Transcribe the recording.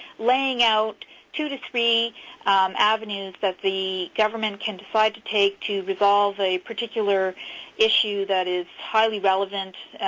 laying out two to three avenues that the government can decide to take to resolve a particular issue that is highly relevant,